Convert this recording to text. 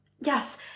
Yes